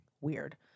weird